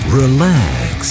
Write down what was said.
relax